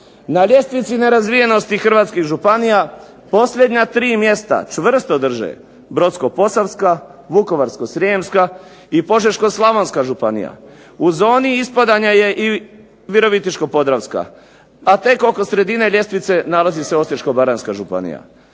Na ljestvici nerazvijenosti hrvatskih županija posljednja tri mjesta čvrsto drže Brodsko-posavska, Vukovarsko-srijemska i Požeško-slavonska županija. U zoni ispadanja je i Virovitičko-podravska, a tek oko sredine ljestvice nalazi se Osječko-baranjska županija.